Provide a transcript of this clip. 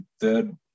third